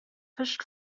fished